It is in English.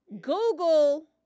Google